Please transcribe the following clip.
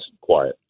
quiet